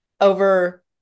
over